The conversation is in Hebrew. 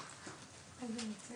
הרבה מאוד